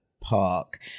park